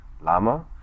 Lama